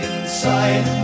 Inside